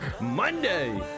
Monday